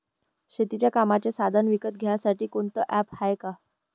शेतीच्या कामाचे साधनं विकत घ्यासाठी कोनतं ॲप हाये का?